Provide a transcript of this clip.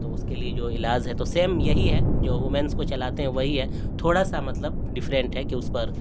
تو اس کے لیے جو علاج ہے تو سیم یہی ہے جو وومینس کو چلاتے ہیں وہی ہے تھوڑا سا مطلب ڈفرینٹ ہے کہ اس پر